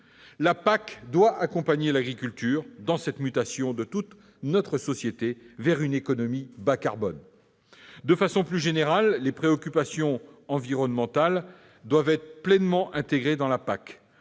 La PAC doit accompagner l'agriculture dans la mutation de toute notre société vers une économie bas-carbone. De façon plus générale, les préoccupations environnementales doivent être pleinement intégrées à la PAC.